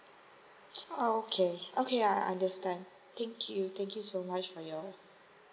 oh okay okay I I understand thank you thank you so much for your